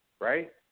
right